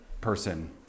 person